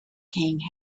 king